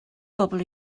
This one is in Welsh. bobol